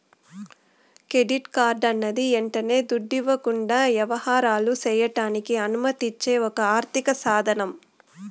credit కార్డన్నది యంటనే దుడ్డివ్వకుండా యవహారాలు సెయ్యడానికి అనుమతిచ్చే ఒక ఆర్థిక సాదనం